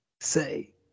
Say